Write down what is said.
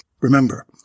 Remember